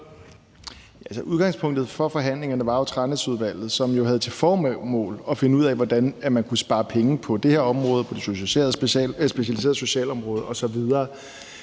udgangspunktet for forhandlingerne var Tranæsudvalget, som jo havde til formål at finde ud af, hvordan man kunne spare penge på det her område, på det specialiserede socialområde osv.